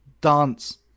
dance